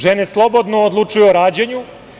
Žene slobodno odlučuju o rađanju.